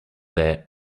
their